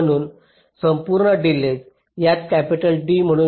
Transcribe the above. म्हणून संपूर्ण डिलेज त्याला कॅपिटल D म्हणू